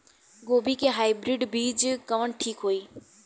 गोभी के हाईब्रिड बीज कवन ठीक होई?